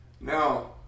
Now